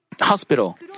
hospital